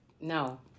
No